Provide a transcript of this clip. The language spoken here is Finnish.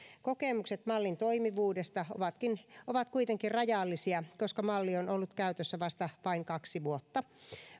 kokemukset mallin toimivuudesta ovat kuitenkin rajallisia koska malli on ollut käytössä vasta vain kaksi vuotta